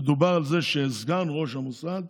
דובר על זה שסגן ראש המוסד,